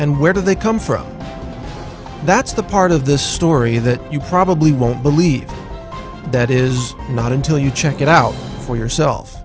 and where do they come from that's the part of the story that you probably won't believe that is not until you check it out for yourself